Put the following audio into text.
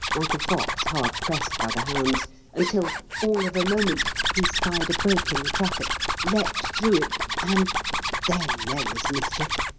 like a fox hard pressed by the hounds until, all of a moment he spied a break in the traffic, leapt through it, and then there was mischief.